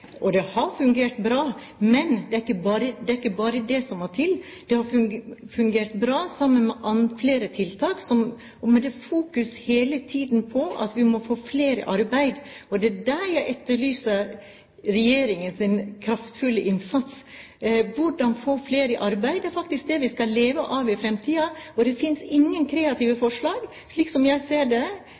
hvordan det har fungert i Sverige. Det har fungert bra, men det er ikke bare det som må til. Det har fungert bra sammen med flere tiltak og med det fokuset hele tiden på at man må få flere i arbeid. Det er der jeg etterlyser regjeringens kraftfulle innsats. Hvordan få flere i arbeid? Det er faktisk det vi skal leve av i fremtiden. Det finnes ingen kreative forslag, slik jeg ser det,